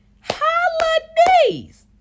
holidays